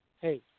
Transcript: hey